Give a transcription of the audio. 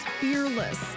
fearless